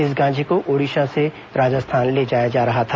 इस गांजे को ओडिशा से राजस्थान ले जाया जा रहा था